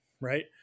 right